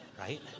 right